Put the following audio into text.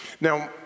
Now